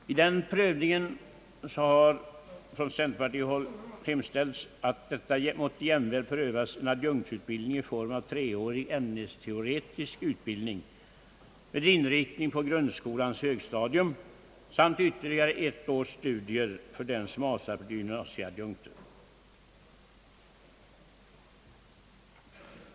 Från centerpartihåll har hemställts om en prövning av adjunktsutbildning i form av treårig ämnesteoretisk utbildning med inriktning på grundskolans högstadium samt ytterligare ett års studier för dem som avser att bli gymnasieadjunkter.